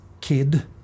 kid